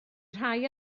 rhai